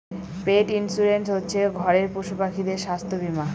পেট insurance হচ্ছে ঘরের পশুপাখিদের স্বাস্থ্য বীমা